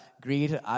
greed